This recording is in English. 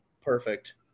perfect